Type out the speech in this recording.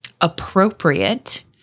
appropriate